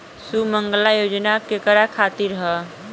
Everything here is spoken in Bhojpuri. सुमँगला योजना केकरा खातिर ह?